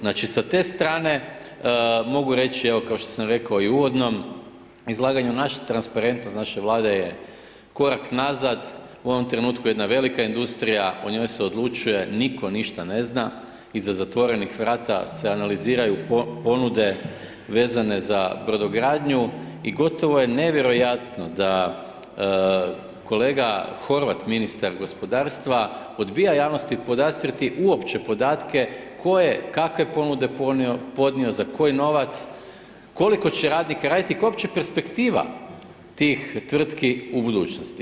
Znači sa te strane mogu reći, evo kao što sam rekao i u uvodnom izlaganju, naši transparentnost naše Vlade je korak nazad u ovom trenutku jedna velika industrija o njoj se odlučuje, nitko ništa ne zna, iza zatvorenih vrata se analiziraju ponude vezane za brodogradnju i gotovo je nevjerojatno da kolega Horvat, ministar gospodarstva odbija javnosti podastrijeti uopće podatke ko je kakve ponude podnio za koji novac, koliko će radnika raditi, koja je uopće perspektiva tih tvrtki u budućnosti.